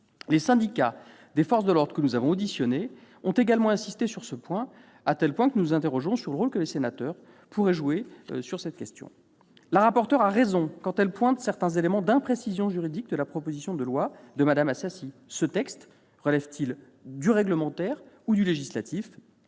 Les syndicats des forces de l'ordre que nous avons auditionnés ont également insisté sur ce sujet, à tel point que nous nous interrogeons sur le rôle que les sénateurs pourraient jouer sur cette question. La rapporteure a raison quand elle pointe certains éléments d'imprécision juridique de la proposition de loi de Mme Assassi. Ce texte relève-t-il du domaine réglementaire ou du domaine législatif ?